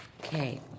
Okay